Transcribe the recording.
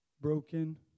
broken